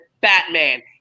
Batman